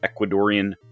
Ecuadorian